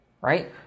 right